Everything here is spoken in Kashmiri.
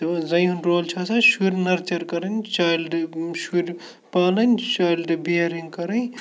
تہٕ زَنٛنہِ ہُنٛد رول چھِ آسان شُرۍ نَرچَر کَرٕنۍ چایلڈٕ شُرۍ پالٕنٕۍ چایلڈٕ بِیرِنٛگ کَرٕنۍ